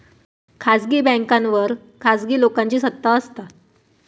खासगी बॅन्कांवर खासगी लोकांची सत्ता असता